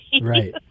Right